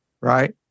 Right